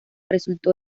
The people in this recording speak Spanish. resultó